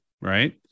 right